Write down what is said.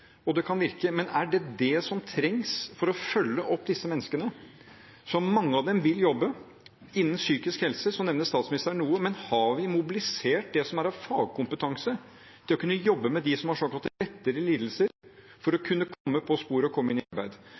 og det kan virke – det som trengs for å følge opp disse menneskene, som – mange av dem – vil jobbe? Statsministeren nevner noe innen psykisk helse, men har vi mobilisert det som er av fagkompetanse til å kunne jobbe med dem som har såkalt lettere lidelser, for å kunne komme på sporet og komme i arbeid?